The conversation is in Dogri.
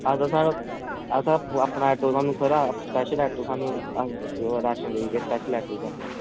अस थुआढ़े अस थुआढ़े आस्तै स्पेशल ऑटो थुहानू लेई स्पेश ल ऑटो च अपने